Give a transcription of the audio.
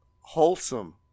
wholesome